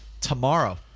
Tomorrow